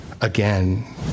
again